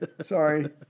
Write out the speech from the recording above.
Sorry